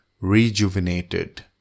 rejuvenated